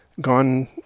gone